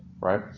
right